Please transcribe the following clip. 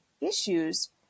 issues